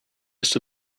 just